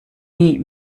nie